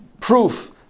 proof